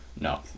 No